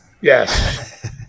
Yes